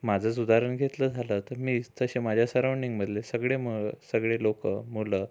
माझंच उदाहरण घेतलं झालं तर मीच तसे माझ्या सराउंडिंगमधले सगळे मुळ सगळे लोकं मुलं